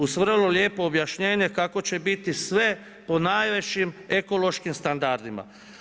Uz vrlo lijepo objašnjenje kako će biti sve po najvećima ekološkim standardima.